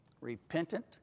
repentant